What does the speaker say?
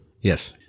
Yes